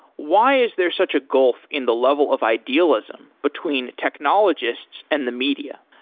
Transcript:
why is there such a gulf in the level of idealism between technologists and the media?